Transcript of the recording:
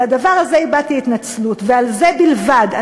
על הדבר הזה הבעתי התנצלות, ועל זה בלבד.